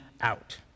out